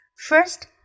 First